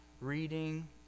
reading